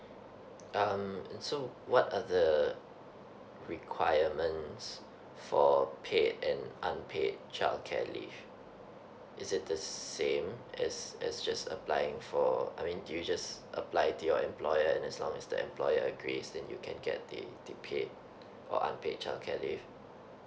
um so what are the requirements for paid and unpaid childcare leave is it the same is it's just applying for I mean do you just apply to your employer and as long as the employer agrees then you can get the the paid or unpaid childcare leave